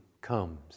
comes